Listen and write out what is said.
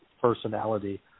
personality